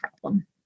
problem